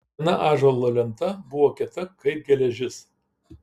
sena ąžuolo lenta buvo kieta kaip geležis